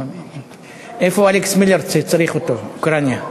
איפה אלכס מילר כשצריך אותו, אוקראינה?